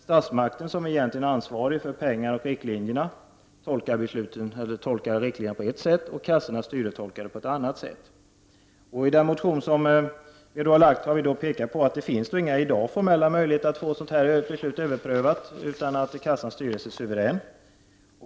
Statsmakten som egentligen är ansvarig för pengarna och riktlinjerna tolkar riktlinjerna på ett sätt och kassornas styrelser på ett annat sätt. I vår motion har vi påpekat att det inte finns någon formell möjlighet i dag att få beslutet överprövat, utan kassornas styrelser är suveräna.